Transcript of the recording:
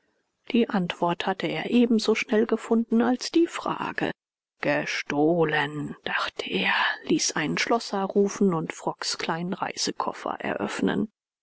die antwort hatte er eben so schnell gefunden als die frage gestohlen dachte er ließ einen schlosser rufen und frocks kleinen reisekoffer eröffnen